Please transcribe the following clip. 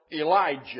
Elijah